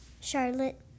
Charlotte